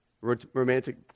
Romantic